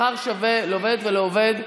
הצעת חוק שכר שווה לעובדת ולעובד (תיקון,